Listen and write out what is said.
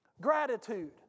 Gratitude